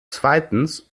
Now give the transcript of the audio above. zweitens